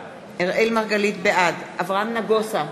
בעד אברהם נגוסה,